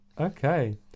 Okay